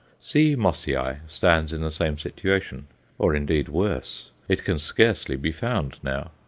c. mossiae stands in the same situation or indeed worse it can scarcely be found now.